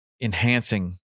enhancing